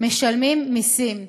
משלמים מסים.